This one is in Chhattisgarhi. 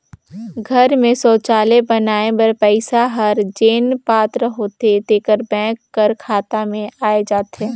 घर में सउचालय बनाए बर पइसा हर जेन पात्र होथे तेकर बेंक कर खाता में आए जाथे